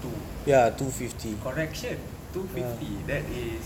two correction two fifty that is